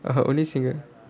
police single